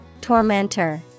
Tormentor